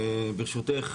ברשותך,